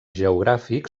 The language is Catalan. geogràfic